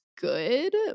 good